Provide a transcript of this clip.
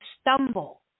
stumble